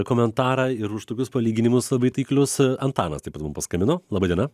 komentarą ir už tokius palyginimus labai taiklius antanas taip pat mum paskambino laba diena